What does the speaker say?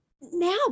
now